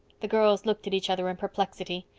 the girls looked at each other in perplexity.